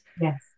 yes